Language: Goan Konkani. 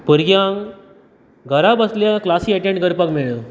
भुरग्यांक घरा बसल्या क्लासी एटेंड करपाक मेळ्ळ्यो